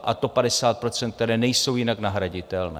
A to 50 %, která nejsou jinak nahraditelná.